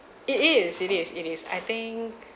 it is it is it is I think